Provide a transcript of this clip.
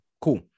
Cool